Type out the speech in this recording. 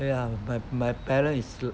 !aiya! my parents is